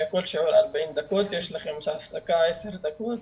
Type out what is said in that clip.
כל שיעור 40 דקות ויש הפסקה של 10 דקות',